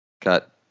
Cut